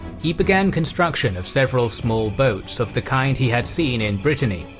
he began construction of several small boats of the kind he had seen in brittany,